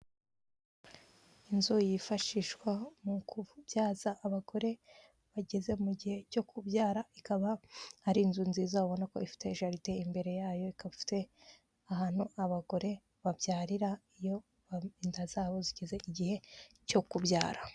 Inzu yifashishwa mu kubyaza abagore bageze mu gihe cyo kubyara, ikaba ari inzu nziza ubona ko ifite jaride imbere yayo, ikaba ifite ahantu abagore babyarira iyo inda zabo zigeze igihe cyo kubyara.